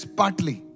partly